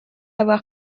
avoir